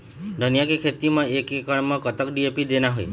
धनिया के खेती म एक एकड़ म कतक डी.ए.पी देना ये?